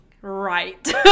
right